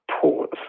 pause